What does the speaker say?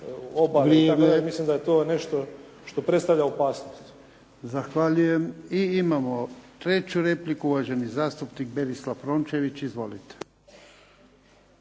obale, ja mislim da je to nešto što predstavlja opasnost. **Jarnjak, Ivan (HDZ)** Zahvaljujem. I imamo treću repliku uvaženi zastupnik Berislav Rončević. Izvolite.